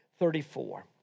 Thirty-four